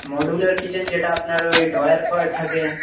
modular kitchen যেটা আপনার ওই ড্রয়ার ফ্রয়ার থাকে